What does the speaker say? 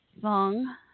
song